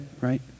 right